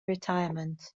retirement